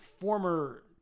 former